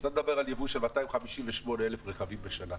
כשאתה מדבר על יבוא של 258,000 רכבים בשנה,